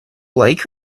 like